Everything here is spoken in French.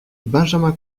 benjamin